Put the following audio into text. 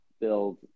build